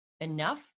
enough